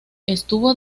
estuvo